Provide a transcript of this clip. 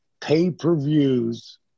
pay-per-views